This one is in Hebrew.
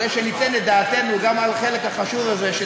הרי שניתן את דעתנו גם על החלק החשוב הזה של